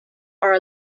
are